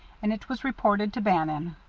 and it was reported to bannon.